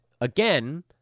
again